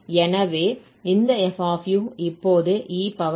எனவே இந்த f இப்போது e u2